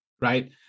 right